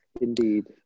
Indeed